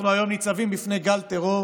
אנחנו היום ניצבים בפני גל טרור